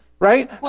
Right